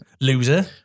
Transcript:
loser